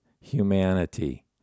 humanity